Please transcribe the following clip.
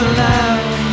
love